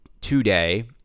today